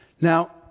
Now